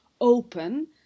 open